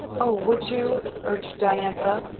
o would you? urged diantha.